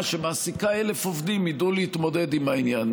שמעסיקה 1,000 עובדים ידעו להתמודד עם העניין,